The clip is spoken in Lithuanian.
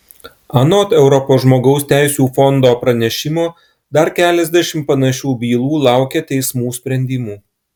anot europos žmogaus teisių fondo pranešimo dar keliasdešimt panašių bylų laukia teismų sprendimų